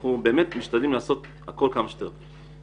אנחנו משתדלים לעשות הכול כמה שיותר מהר.